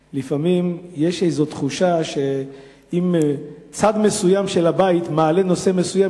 כי לפעמים יש איזו תחושה שאם צד מסוים של הבית מעלה נושא מסוים,